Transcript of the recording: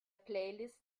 playlist